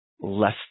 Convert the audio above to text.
less